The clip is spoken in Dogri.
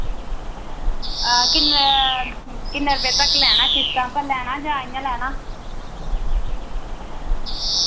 किन्ने किन्ने रपे तक लैना किश्तां पर लैना जां इय्यां लैना